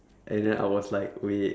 and then I was like wait